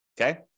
Okay